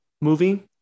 movie